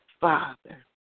Father